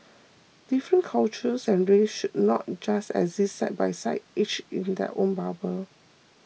different cultures and races should not just exist side by side each in their own bubble